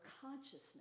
consciousness